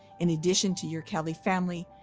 in addition to your kelley family,